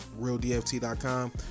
RealDFT.com